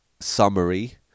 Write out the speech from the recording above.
summary